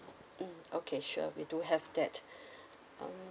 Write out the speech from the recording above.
mm okay sure we do have that um